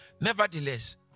Nevertheless